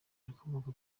rikomoka